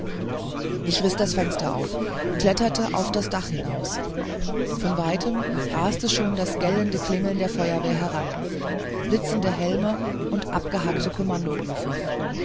ich reiße das fenster auf klettere auf das dach hinaus von weitem rast schon das gellende klingeln der feuerwehr heran blitzende helme und abgehackte kommandorufe